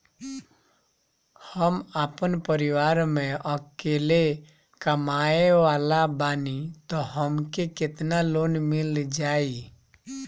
हम आपन परिवार म अकेले कमाए वाला बानीं त हमके केतना लोन मिल जाई?